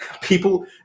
people